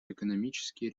экономические